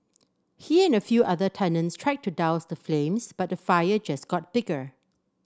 he and a few other tenants tried to douse the flames but the fire just got bigger